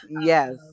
Yes